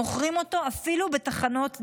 מוכרים אותו אפילו בתחנות דלק.